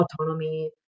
autonomy